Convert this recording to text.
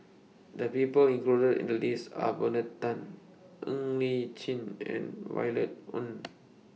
The People included in The list Are Bernard Tan Ng Li Chin and Violet Oon